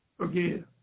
again